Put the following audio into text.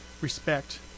respect